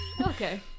Okay